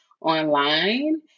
online